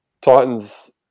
Titans